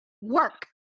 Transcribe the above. work